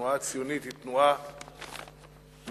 התנועה הציונית היא תנועה מיישבת,